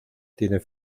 tiene